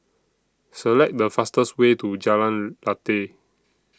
Select The fastest Way to Jalan Lateh